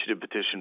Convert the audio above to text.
petition